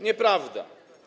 Nieprawda.